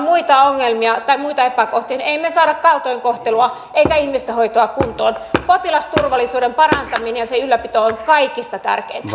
muita ongelmia tai muita epäkohtia niin emme me saa kaltoinkohtelua emmekä ihmisten hoitoa kuntoon potilasturvallisuuden parantaminen ja sen ylläpito on kaikista tärkeintä